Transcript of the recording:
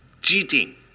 cheating